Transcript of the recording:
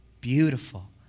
beautiful